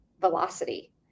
velocity